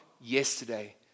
yesterday